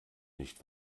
nicht